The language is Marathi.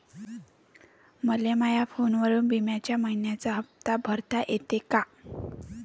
मले माया फोनवरून बिम्याचा मइन्याचा हप्ता भरता येते का?